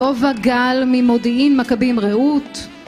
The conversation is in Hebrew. טובה גל ממודיעין-מכבים-רעות